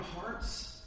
hearts